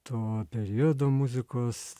to periodo muzikos